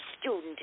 student